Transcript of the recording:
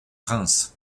reims